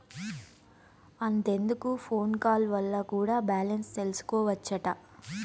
అంతెందుకు phone call వల్ల కూడా బాలెన్స్ తెల్సికోవచ్చట